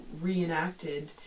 reenacted